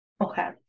Okay